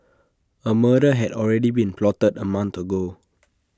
A murder had already been plotted A month ago